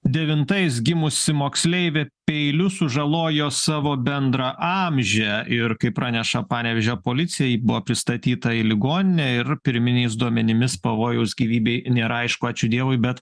devintais gimusi moksleivė peiliu sužalojo savo bendraamžę ir kaip praneša panevėžio policija ji buvo pristatyta į ligoninę ir pirminiais duomenimis pavojaus gyvybei nėra aišku ačiū dievui bet